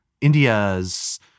India's